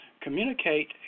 communicate